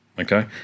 okay